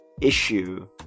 issue